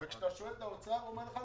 כשאתה שואל את האוצר הם אומרים לך,